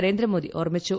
Narendra Modi ഓർമ്മിച്ചു